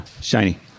Shiny